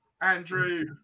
Andrew